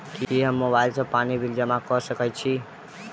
की हम मोबाइल सँ पानि बिल जमा कऽ सकैत छी?